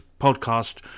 podcast